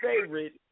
favorite